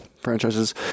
Franchises